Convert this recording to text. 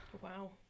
wow